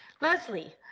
Leslie